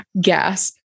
Gasp